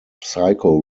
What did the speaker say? psycho